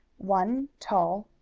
one tall,